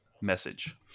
message